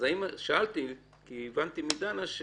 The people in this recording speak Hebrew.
אז שאלתי כי הבנתי מדנה שהוא